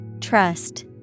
Trust